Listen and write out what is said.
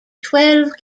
twelve